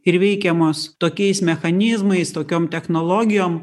ir veikiamos tokiais mechanizmais tokiom technologijom